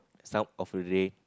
some of the day